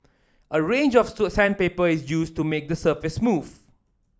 a range of sandpaper is used to make the surface smooth